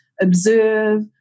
observe